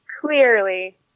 clearly